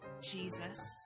Jesus